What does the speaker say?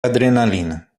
adrenalina